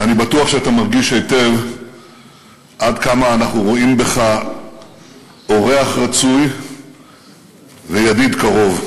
ואני בטוח שאתה מרגיש היטב עד כמה אנו רואים בך אורח רצוי וידיד קרוב.